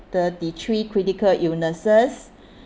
thirty three critical illnesses